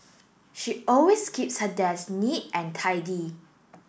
she always keeps her desk neat and tidy